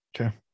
Okay